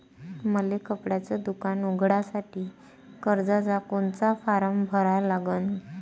मले कपड्याच दुकान उघडासाठी कर्जाचा कोनचा फारम भरा लागन?